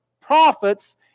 prophets